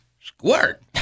Squirt